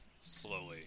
slowly